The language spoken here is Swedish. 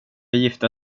gifta